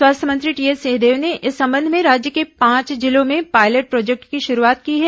स्वास्थ्य मंत्री टीएस सिंहदेव ने इस संबंध में राज्य के पांच जिलों में पॉयलेट प्रोजेक्ट की शुरूआत की है